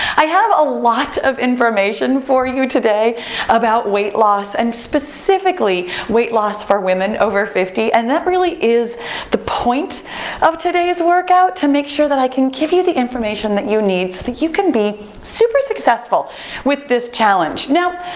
i have a lot of information for you today about weight loss and specifically weight loss for women over fifty. and that really is the point of today's workout to make sure that i can give you the information that you need so that you can be super successful with this challenge now,